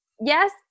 yes